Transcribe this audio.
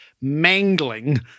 mangling